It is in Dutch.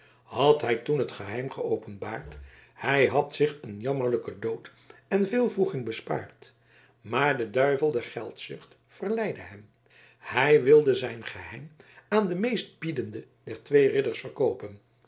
had hij toen het geheim geopenbaard hij had zich een jammerlijken dood en veel wroeging bespaard maar de duivel der geldzucht verleidde hem hij wilde zijn geheim aan den meestbiedende der twee ridders verkoopen